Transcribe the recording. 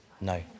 No